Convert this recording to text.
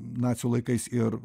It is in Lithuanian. nacių laikais ir